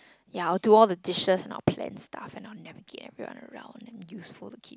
ya I would do all the dishes and I will plan stuff and I will never get everyone around and be useful to keep